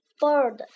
bird